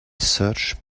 search